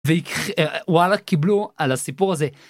וואלה קיבלו על הסיפור הזה.